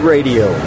Radio